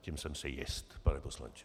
Tím jsem si jist, pane poslanče.